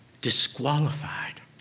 disqualified